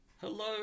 Hello